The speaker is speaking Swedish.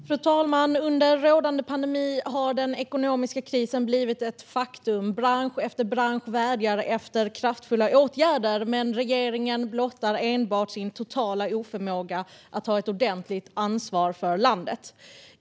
Fru talman! Under rådande pandemi har den ekonomiska krisen blivit ett faktum. Bransch efter bransch vädjar efter kraftfulla åtgärder, men regeringen blottar enbart sin totala oförmåga att ta ett ordentligt ansvar för landet.